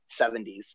70s